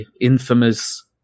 infamous